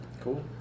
Cool